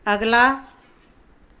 ਅਗਲਾ